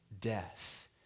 death